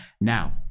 now